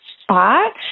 spot